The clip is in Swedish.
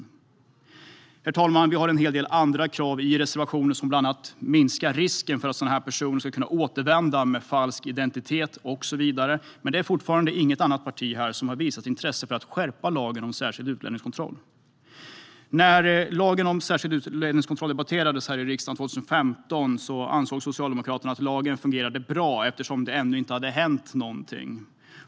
Herr talman! Vi har en hel del andra krav i reservationen som bland annat minskar risken för att sådana här personer ska kunna återvända under falsk identitet och så vidare, men det är fortfarande inget annat parti här som har visat intresse av att skärpa till lagen om särskild utlänningskontroll. När lagen om särskild utlänningskontroll debatterades i riksdagen 2015 ansåg Socialdemokraterna att lagen fungerade bra eftersom det ännu inte hade hänt någonting.